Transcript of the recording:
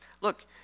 Look